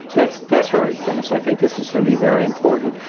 that's that's right, dennis. i think this is gonna be very important.